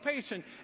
patient